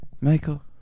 Michael